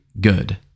good